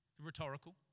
Rhetorical